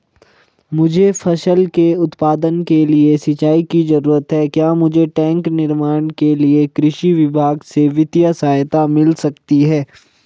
मुझे फसल के उत्पादन के लिए सिंचाई की जरूरत है क्या मुझे टैंक निर्माण के लिए कृषि विभाग से वित्तीय सहायता मिल सकती है?